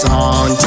on